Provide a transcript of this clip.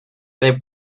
they